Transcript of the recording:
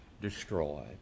destroyed